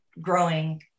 growing